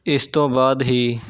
ਇਸ ਤੋਂ ਬਾਅਦ ਹੀ